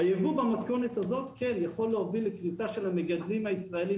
הייבוא במתכונת הזאת כן יכול להוביל לקריסה של המגדלים הישראליים